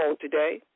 today